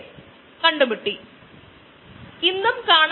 അതിനാൽ lag time ഇവിടെ ഉണ്ട്